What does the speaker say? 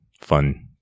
fun